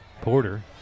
porter